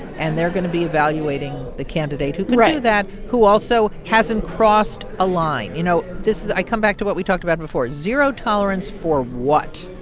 and they're going to be evaluating the candidate who can do that who also hasn't crossed a line. you know, this is i come back to what we talked about before, zero tolerance for what?